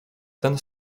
ten